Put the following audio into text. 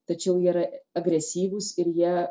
tačiau yra agresyvūs ir jie